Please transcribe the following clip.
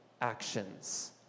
actions